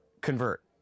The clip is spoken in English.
convert